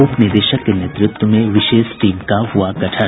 उपनिदेशक के नेतृत्व में विशेष टीम का हुआ गठन